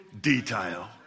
detail